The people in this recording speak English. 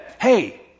Hey